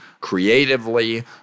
creatively